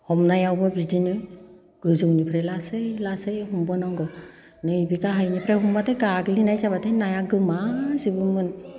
हमनायावबो बिदिनो गोजौनिफ्राय लासै लासै हमबोनांगौ नैबे गाहायनिफ्राय हमबाथाय गाग्लिनाय जाबाथाय नाया गोमा जोबोमोन